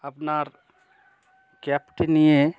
আপনার ক্যাবটি নিয়ে